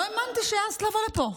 לא האמנתי שהעזת לבוא לפה,